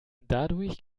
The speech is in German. dadurch